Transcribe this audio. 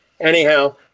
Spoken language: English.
Anyhow